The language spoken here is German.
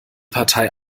partei